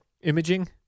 Imaging